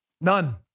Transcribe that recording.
None